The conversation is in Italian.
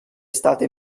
state